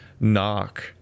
knock